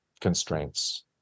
constraints